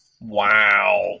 Wow